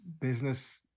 Business